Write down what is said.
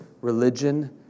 religion